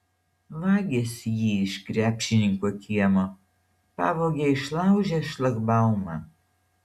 vagys jį iš krepšininko kiemo pavogė išlaužę šlagbaumą